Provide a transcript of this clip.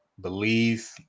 Believe